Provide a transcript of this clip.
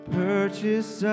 purchase